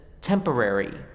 temporary